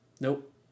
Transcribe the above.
Nope